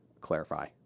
clarify